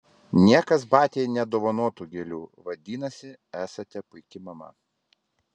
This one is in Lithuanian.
niekas batiai nedovanotų gėlių vadinasi esate puiki mama